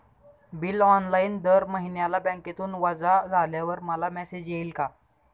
Bill online दर महिन्याला बँकेतून वजा झाल्यावर मला मेसेज येईल का?